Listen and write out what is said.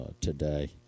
today